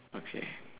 okay